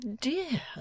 dear